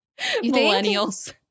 Millennials